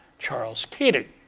charles keating.